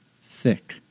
thick